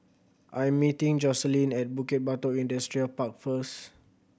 I am meeting Jocelyne at Bukit Batok Industrial Park first